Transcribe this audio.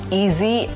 easy